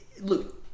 Look